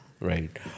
Right